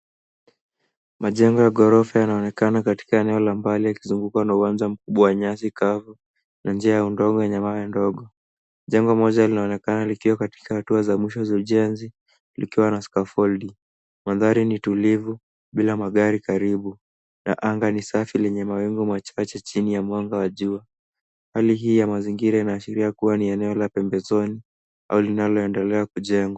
Majengo ya ghorofa yanaonekana katika eneo la mbali yakizungukwa na uwanja mkubwa wa nyasi kavu na njia ya udongo yenye mawe ndogo. Jengo moja linaonekana likiwa katika hatua za mwisho za ujenzi likiwa na scaffolding . Mandhari ni tulivu bila magari karibu, na anga ni safi lenye mawingu machache chini ya mwanga wa jua. Hali hii ya mazingira inaashiria kuwa ni eneo la pembezoni au linaloendelea kujengwa.